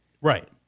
Right